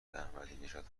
احمدینژاد